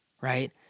right